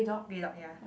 big dog ya